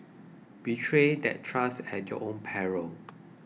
betray that trust at your own peril